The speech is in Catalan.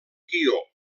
guió